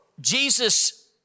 Jesus